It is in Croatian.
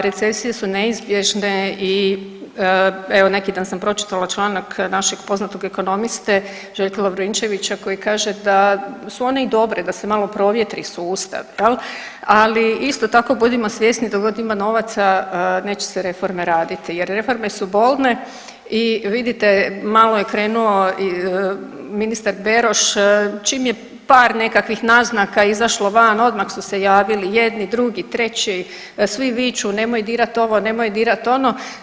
Recesije su neizbježne i evo neki dan sam pročitala članak našeg poznatog ekonomiste Željka Lovrinčevića koji kaže da su one i dobre da se malo provjetri sustav jel, ali isto tako budimo svjesni dok god ima novaca neće se reforme raditi jer reforme su bolne i vidite malo je krenulo, ministar Beroš čim je par nekakvih naznaka izašlo van odmah su se javili jedni, drugi, treći, svi viču nemoj dirati ovo, nemoj dirati ono.